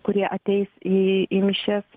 kurie ateis į į mišias